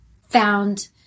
found